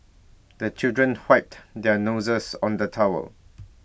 the children wiped their noses on the towel